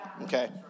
Okay